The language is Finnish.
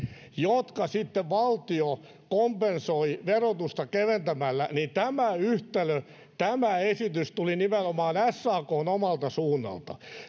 jotka sitten valtio kompensoi verotusta keventämällä tämä yhtälö tämä esitys tuli nimenomaan sakn omalta suunnalta